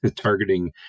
targeting